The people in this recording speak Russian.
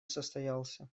состоялся